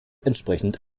entsprechend